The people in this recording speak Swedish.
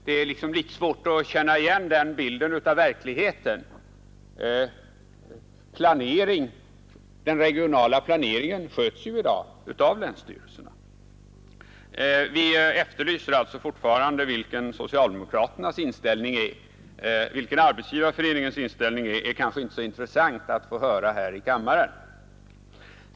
Det är litet svårt att känna igen den bilden av verkligheten. Den regionala planeringen sköts ju i dag av länsstyrelserna. Vi efterlyser alltså fortfarande vilken socialdemokraternas inställning är. Arbetsgivareföreningens inställning är det kanske mindre intressant att få höra här i kammaren.